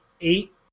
eight